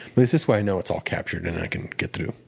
this this way, i know it's all captured and i can get through.